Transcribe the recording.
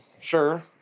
sure